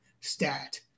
stat